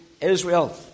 Israel